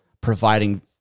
providing